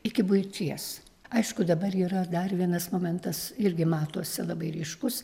iki buities aišku dabar yra dar vienas momentas irgi matosi labai ryškus